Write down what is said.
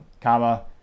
comma